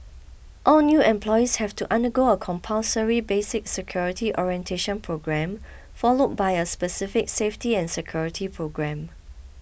all new employees have to undergo a compulsory basic security orientation programme follow by a specific safety and security programme